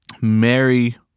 Mary